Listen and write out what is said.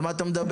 על מה אתה מדבר?